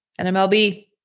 NMLB